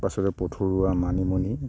শাক পাচলি পথৰুৱা মানিমুনি